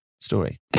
story